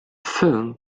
film